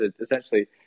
essentially